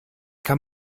kann